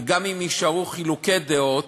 וגם אם יישארו חילוקי דעות